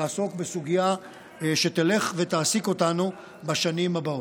לעסוק בסוגיה שתלך ותעסיק אותנו בשנים הבאות.